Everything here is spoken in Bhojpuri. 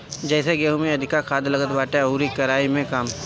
जइसे गेंहू में अधिका खाद लागत बाटे अउरी केराई में कम